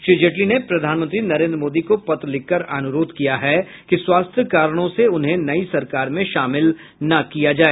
श्री जेटली ने प्रधानमंत्री नरेन्द्र मोदी को पत्र लिखकर अनुरोध किया है कि स्वास्थ्य कारणों से उन्हें नई सरकार में शामिल न किया जाए